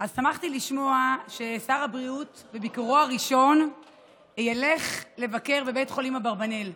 שמחתי לשמוע ששר הבריאות בביקורו הראשון ילך לבקר בבית חולים אברבנאל,